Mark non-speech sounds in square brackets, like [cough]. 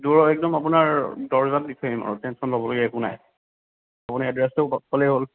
[unintelligible] একদম আপোনাৰ দৰ্জাত দি থৈ আহিম আৰু টেনছন ল'বলগীয়া একো নাই আপুনি এড্ৰেছটো [unintelligible] ক'লেই হ'ল